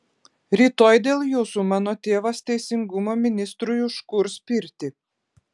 rytoj dėl jūsų mano tėvas teisingumo ministrui užkurs pirtį